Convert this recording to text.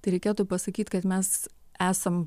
tai reikėtų pasakyt kad mes esam